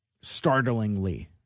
startlingly